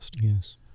Yes